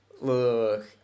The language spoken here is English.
Look